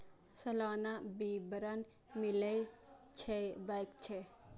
सलाना विवरण मिलै छै बैंक से?